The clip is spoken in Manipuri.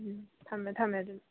ꯎꯝ ꯊꯝꯃꯦ ꯊꯝꯃꯦ ꯑꯗꯨꯗꯤ